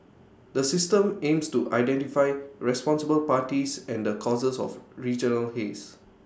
the system aims to identify responsible parties and the causes of regional haze